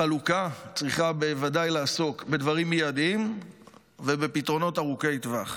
החלוקה צריכה לעסוק בדברים מיידיים ובפתרונות ארוכי טווח.